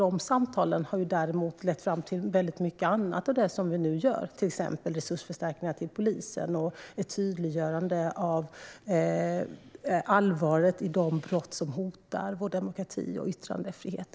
De samtalen har däremot lett fram till mycket annat av det som vi nu gör, till exempel resursförstärkningar till polisen och tydliggörande av allvaret i de brott som hotar vår demokrati och yttrandefrihet.